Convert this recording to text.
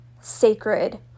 sacred